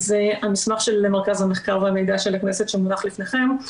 זה המסמך של מרכז המחקר והמידע של הכנסת שמונח לפניכם,